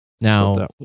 Now